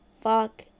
Fuck